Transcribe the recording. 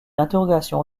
interrogation